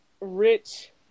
Rich